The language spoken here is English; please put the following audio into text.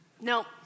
No